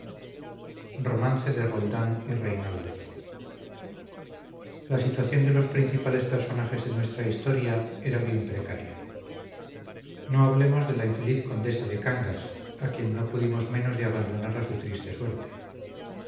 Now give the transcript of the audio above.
cervantes la situación de los principales personajes de nuestra historia era bien precaria no hablemos de la infeliz condesa de cangas a quien no pudimos menos de abandonar a su triste suerte